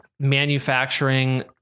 manufacturing